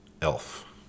Elf